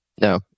No